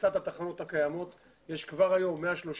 פריסת התחנות הקיימות - כבר היום יש 130